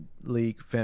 league